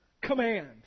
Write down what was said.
Command